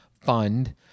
fund